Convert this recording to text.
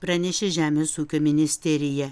pranešė žemės ūkio ministerija